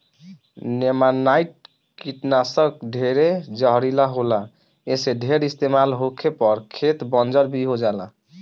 नेमानाइट कीटनाशक ढेरे जहरीला होला ऐसे ढेर इस्तमाल होखे पर खेत बंजर भी हो जाला